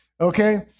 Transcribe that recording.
Okay